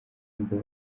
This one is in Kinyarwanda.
ngo